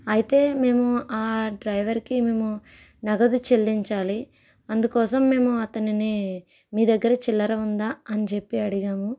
అయితే మేము ఆ డ్రైవర్ కి మేము నగదు చెల్లించాలి అందుకోసం మేము అతనిని మీ దగ్గర చిల్లర ఉందా అని చెప్పి అడిగాము